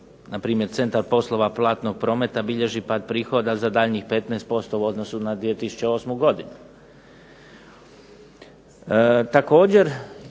npr. centar poslova platnog prometa bilježi pad prihoda za daljnjih 15% u odnosu na 2008. godinu.